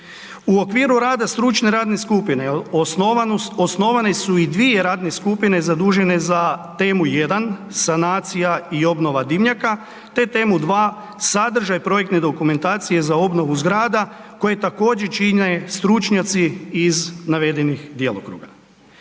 U okviru rada stručne radne skupine osnovane su i dvije radne skupine zadužene za temu jedan, sanacija i obnova dimnjaka, te temu dva, sadržaj projektne dokumentacije za obnovu zgrada koje također čine stručnjaci iz navedenih djelokruga.